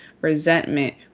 resentment